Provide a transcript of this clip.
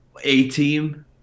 A-Team